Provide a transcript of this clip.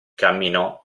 camminò